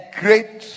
great